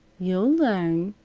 you'll learn,